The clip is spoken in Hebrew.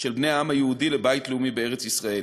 של בני העם היהודי לבית לאומי בארץ-ישראל.